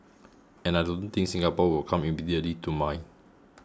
and I don't think Singapore will come immediately to mind